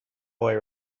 boy